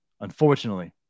unfortunately